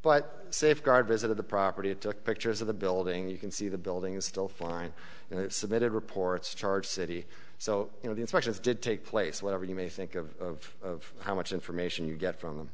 but safeguard visit of the property took pictures of the building you can see the buildings still flying and submitted reports charge city so you know the inspections did take place whatever you may think of how much information you get from them